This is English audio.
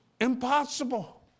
impossible